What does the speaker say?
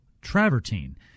travertine